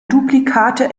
duplikate